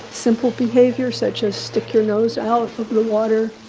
simple behaviors, such as stick your nose out of the water.